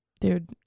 Dude